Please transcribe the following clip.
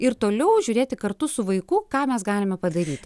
ir toliau žiūrėti kartu su vaiku ką mes galime padaryti